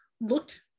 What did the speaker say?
looked